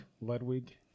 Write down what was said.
Ludwig